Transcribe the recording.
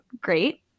great